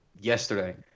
yesterday